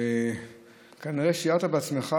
כנראה שיערת בעצמך,